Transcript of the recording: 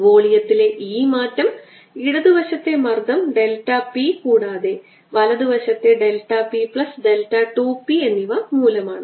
വോളിയത്തിലെ ഈ മാറ്റം ഇടത് വശത്തെ മർദ്ദം ഡെൽറ്റ p കൂടാതെ വലത് വശത്തെ delta p plus delta 2 p എന്നിവ മൂലമാണ്